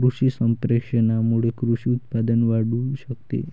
कृषी संप्रेषणामुळे कृषी उत्पादन वाढू शकते